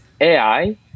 AI